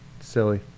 Silly